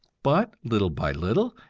but little by little,